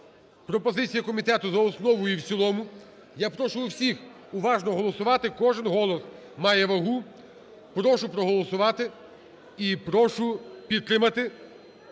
пропозиція комітету, за основу і в цілому. Я прошу всіх уважно голосувати, кожен голос має вагу. Прошу проголосувати і прошу підтримати 7517